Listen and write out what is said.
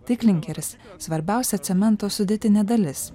tai klinkeris svarbiausia cemento sudėtinė dalis